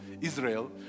Israel